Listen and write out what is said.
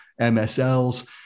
MSLs